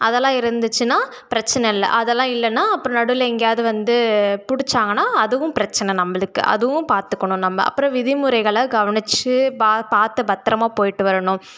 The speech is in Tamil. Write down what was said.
அதெல்லாம் இருந்துச்சுன்னா பிரச்சினை இல்லை அதெல்லாம் இல்லைன்னா அப்புறோம் நடுவில் எங்கேயாது வந்து பிடிச்சாங்கன்னா அதுவும் பிரச்சினை நம்பளுக்கு அதுவும் பார்த்துக்கணும் நம்ப அப்புறம் விதிமுறைகளை கவனிச்சு பா பார்த்து பத்திரமா போயிட்டு வரணும்